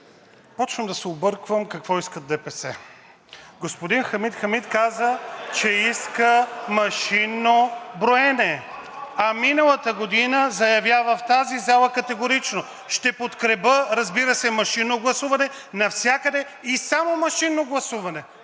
шум и реплики от ДПС.) Господин Хамид Хамид каза, че иска машинно броене, а миналата година заявява в тази зала категорично: „Ще подкрепя, разбира се, машинно гласуване навсякъде и само машинно гласуване.“